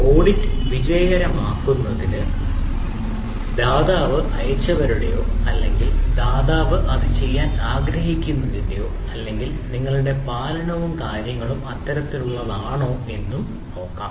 audit വിജയകരo ആക്കുന്നത് ദാതാവ് അയച്ചവയുടെയോ അല്ലെങ്കിൽ ദാതാവ് അത് ചെയ്യാൻ ആഗ്രഹിക്കുന്നതിന്റെയോ അല്ലെങ്കിൽ നിങ്ങളുടെ പാലനവും കാര്യങ്ങളും അത്തരത്തിലുള്ളതാണോ എന്നത് നോക്കും